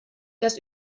das